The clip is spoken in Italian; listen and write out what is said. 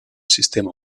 sistema